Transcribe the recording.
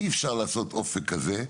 אי אפשר לעשות אופק כזה,